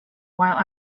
while